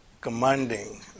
commanding